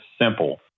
simple